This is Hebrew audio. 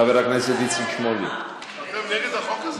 חבר הכנסת איציק שמולי, מוותר?